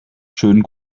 schönen